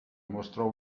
mostrò